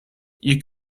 you